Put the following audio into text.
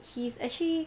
he's actually